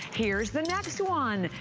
here is the next one.